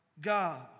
God